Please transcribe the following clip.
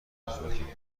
دانمارک